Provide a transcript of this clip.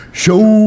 show